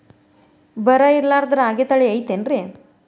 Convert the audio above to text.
ಬರ ಇರಲಾರದ್ ರಾಗಿ ತಳಿ ಐತೇನ್ರಿ?